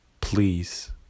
please